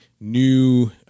new